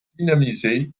dynamiser